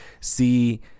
see